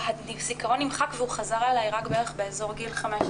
הזכרון נמחק והוא חזר אלי רק בערך באזור גיל 15,